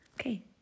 Okay